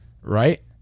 Right